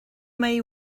may